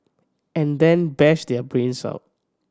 and then bash their brains out